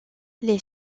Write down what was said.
les